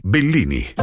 Bellini